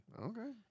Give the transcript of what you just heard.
Okay